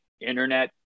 internet